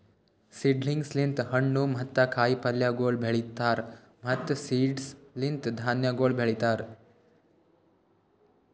seedlings ಲಿಂತ್ ಹಣ್ಣು ಮತ್ತ ಕಾಯಿ ಪಲ್ಯಗೊಳ್ ಬೆಳೀತಾರ್ ಮತ್ತ್ ಸೀಡ್ಸ್ ಲಿಂತ್ ಧಾನ್ಯಗೊಳ್ ಬೆಳಿತಾರ್